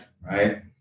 right